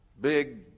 big